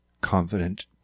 confident